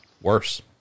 worse